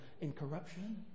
incorruption